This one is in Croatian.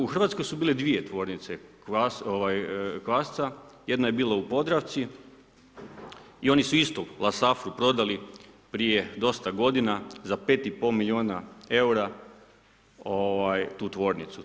U Hrvatskoj su bile dvije tvornice Kvasca, jedna je bila u Podravci i oni su isto … prodali prije dosta godina za 5,5 milijuna eura tu tvornicu.